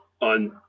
on